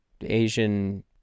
Asian